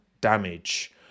damage